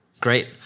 Great